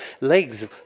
Legs